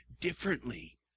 differently